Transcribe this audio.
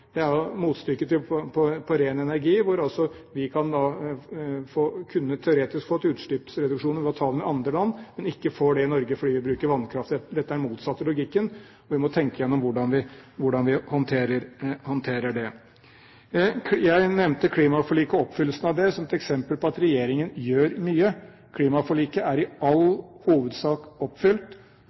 Det er jo motstykket til ren energi, hvor vi altså teoretisk kunne fått utslippsreduksjoner ved å ta dem i andre land, men ikke får det i Norge fordi vi bruker vannkraft. Dette er den motsatte logikken, og vi må tenke gjennom hvordan vi håndterer det. Jeg nevnte klimaforliket og oppfyllelsen av det som et eksempel på at regjeringen gjør mye. Klimaforliket er i all hovedsak oppfylt,